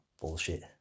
bullshit